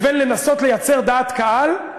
בין לנסות לייצר דעת קהל,